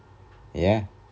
ya